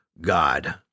God